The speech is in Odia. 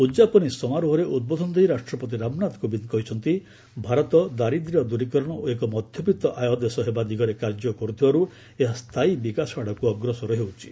ଉଦ୍ଯାପନୀ ସମାରୋହରେ ଉଦ୍ବୋଧନ ଦେଇ ରାଷ୍ଟ୍ରପତି ରାମନାଥ କୋବିନ୍ଦ କହିଛନ୍ତି ଭାରତ ଦାରିଦ୍ର୍ୟ ଦ୍ୱରିକରଣ ଓ ଏକ ମଧ୍ୟବିତ ଆୟ ଦେଶ ହେବା ଦିଗରେ କାର୍ଯ୍ୟ କରୁଥିବାରୁ ଏହା ସ୍ଥାୟୀ ବିକାଶ ଆଡ଼କୁ ଅଗ୍ରସର ହେଉଛି